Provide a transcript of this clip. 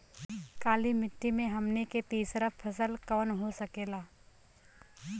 काली मिट्टी में हमनी के तीसरा फसल कवन हो सकेला?